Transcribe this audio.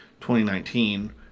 2019